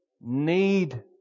need